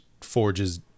Forge's